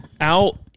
out